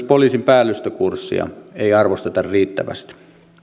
poliisin päällystökurssia ei arvosteta riittävästi